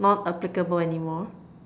not applicable anymore